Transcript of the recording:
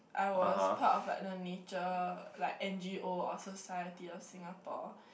I was part of like the nature like n_g_o or society of Singapore